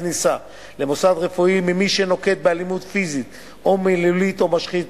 כניסה למוסד רפואי ממי שנוקט אלימות פיזית או מילולית או משחית